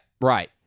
right